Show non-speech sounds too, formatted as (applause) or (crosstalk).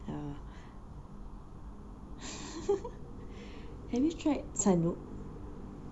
ya (laughs) have you tried sanook